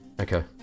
Okay